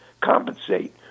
compensate